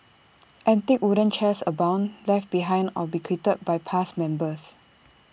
antique wooden chairs abound left behind or bequeathed by past members